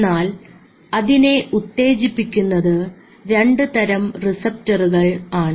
എന്നാൽ അതിനെ ഉത്തേജിപ്പിക്കുന്നത് രണ്ട് തരം റിസെപ്റ്ററുകൾ ആണ്